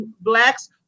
blacks